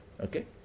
Okay